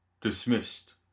Dismissed